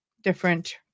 different